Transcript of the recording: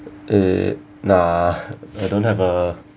uh nah I don't have a